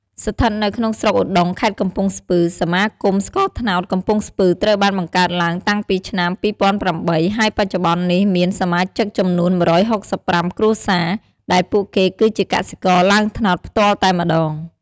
ស្ថិតនៅក្នុងស្រុកឧត្តុង ខេត្តកំពង់ស្ពឺ សមាគមស្ករត្នោតកំពង់ស្ពឺត្រូវបានបង្កើតឡើងតាំងពីឆ្នាំ២០០៨ ហើយបច្ចុប្បន្ននេះមាន សមាជិកចំនួន ១៦៥ គ្រួសារ ដែលពួកគេគឺជាកសិករឡើងត្នោតផ្ទាល់តែម្ដង។